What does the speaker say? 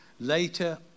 Later